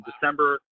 December